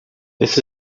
this